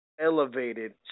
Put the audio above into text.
elevated